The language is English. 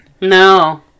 No